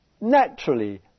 naturally